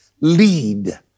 lead